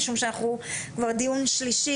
משום שאנחנו כבר דיון שלישי,